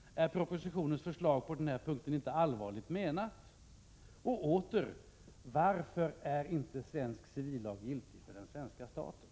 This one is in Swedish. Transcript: Är propositionens förslag på den här punkten inte allvarligt menat? Och åter igen. Varför är inte svensk civillag giltig för den svenska staten?